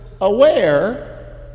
aware